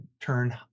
turn